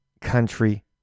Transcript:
country